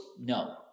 no